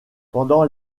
pendant